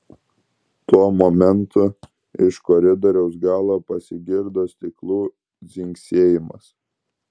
tuo momentu iš koridoriaus galo pasigirdo stiklų dzingsėjimas